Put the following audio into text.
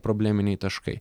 probleminiai taškai